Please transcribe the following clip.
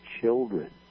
children